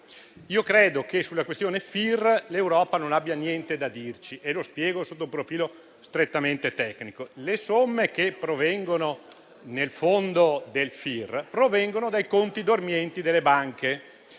indennizzo risparmiatori) l'Europa non abbia niente da dirci e lo spiego sotto un profilo strettamente tecnico: le somme che compongono il fondo del FIR provengono dai conti dormienti delle banche.